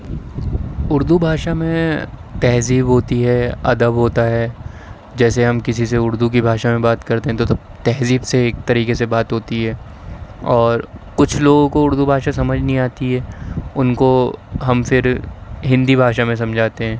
اردو بھاشا میں تہذیب ہوتی ہے ادب ہوتا ہے جیسے ہم کسی سے اردو کی بھاشا میں بات کرتے ہیں تو تہذیب سے ایک طریقے سے بات ہوتی ہے اور کچھ لوگوں کو اردو بھاشا سمجھ نہیں آتی ہے ان کو ہم پھر ہندی میں سمجھاتے ہیں